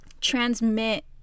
transmit